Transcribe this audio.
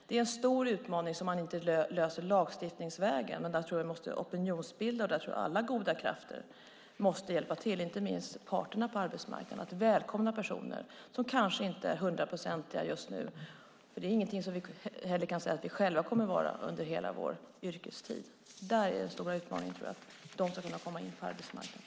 Det är en stor utmaning som man inte löser lagstiftningsvägen, utan där tror jag att det måste till en opinionsbildning. Där tror jag att alla goda krafter måste hjälpa till, inte minst parterna på arbetsmarknaden, och välkomna personer som kanske inte är hundraprocentiga just nu. Det är inte säkert att vi själva heller kommer att vara det under hela vår yrkestid. Jag tror att den stora utmaningen är att de ska kunna komma in på arbetsmarknaden.